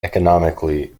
economically